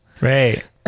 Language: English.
Right